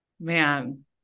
Man